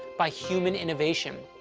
by human innovation.